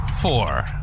four